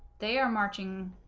they are marching